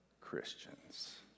Christians